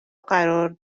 قرار